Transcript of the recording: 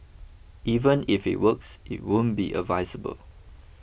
even if it works it won't be advisable